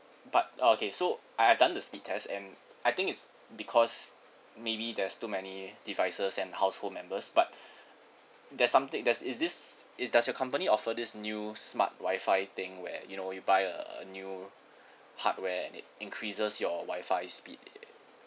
but okay so I've done the speech test and I think it's because maybe there's too many devices and household members but there's something there's is this it does your company offer this new smart WI-FI thing where you know you buy uh a new hardware that increases your WI-FI speed